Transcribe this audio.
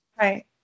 right